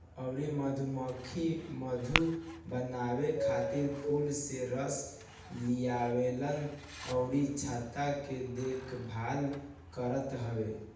अउरी मधुमक्खी मधु बनावे खातिर फूल से रस लियावल अउरी छत्ता के देखभाल करत हई